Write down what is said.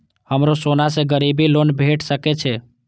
हमरो सोना से गिरबी लोन भेट सके छे?